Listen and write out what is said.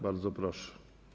Bardzo proszę.